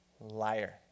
Liar